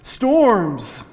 Storms